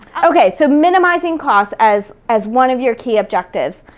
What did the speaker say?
okay, so minimizing cost as as one of your key objectives.